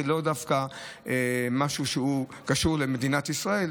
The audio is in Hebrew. זה לאו דווקא משהו שקשור למדינת ישראל,